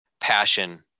passion